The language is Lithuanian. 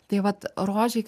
tai vat rožei